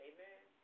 Amen